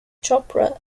chopra